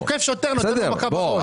אתה תוקף שוטר ונותן לו מכה בראש.